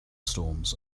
storms